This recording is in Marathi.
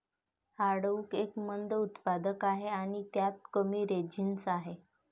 हार्टवुड एक मंद उत्पादक आहे आणि त्यात कमी रेझिनस आहे